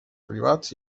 privats